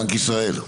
בנק ישראל.